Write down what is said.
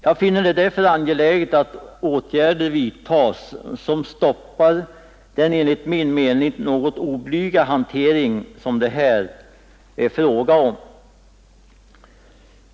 Jag finner det därför angeläget att åtgärder vidtas som stoppar den enligt min mening något oblyga hantering som det här är fråga om.